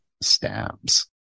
stamps